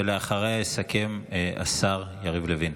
ואחריה יסכם השר יריב לוין.